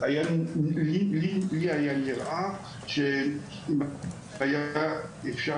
לי נראה שהיה אפשר